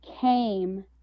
came